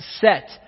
set